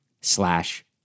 slash